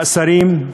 מאסרים,